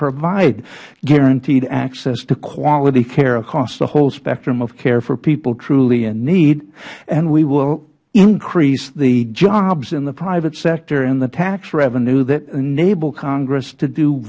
provide guaranteed access to quality care across the whole spectrum of care for people truly in need and we will increase the jobs in the private sector and the tax revenue that enables congress to do